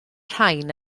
rhain